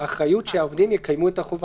האחריות שהעובדים יקיימו את החובה.